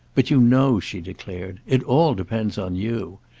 but, you know, she declared, it all depends on you.